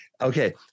okay